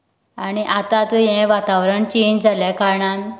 आनी आतां आतां हें वातावरण चेन्ज जाल्ले कारणान